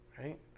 right